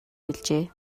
хэлжээ